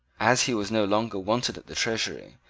as he was no longer wanted at the treasury,